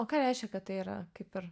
o ką reiškia kad tai yra kaip ir